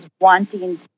wanting